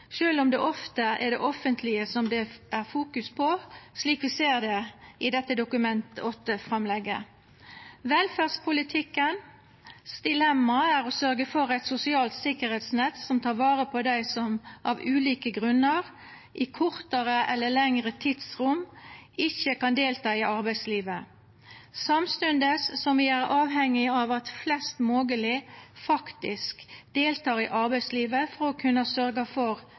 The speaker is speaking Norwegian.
om det ofte er det offentlege det er fokusert på, slik vi ser det i dette Dokument 8-framlegget. Dilemmaet til velferdspolitikken er å sørgja for eit sosialt sikkerheitsnett som tek vare på dei som av ulike grunnar i kortare eller lengre tidsrom ikkje kan delta i arbeidslivet, samstundes som vi er avhengige av at flest mogleg faktisk deltek i arbeidslivet for å kunna sørgja for